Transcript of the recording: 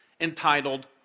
entitled